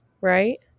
right